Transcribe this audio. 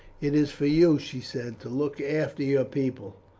it is for you, she said, to look after your people,